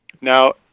Now